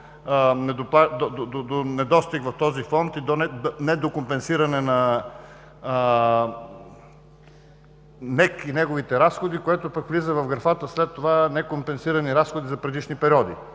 недостиг в този Фонд и до недокомпенсиране на НЕК и неговите разходи, което пък влиза в графата след това некомпенсирани разходи за предишни периоди,